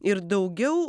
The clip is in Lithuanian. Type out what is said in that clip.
ir daugiau